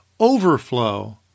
overflow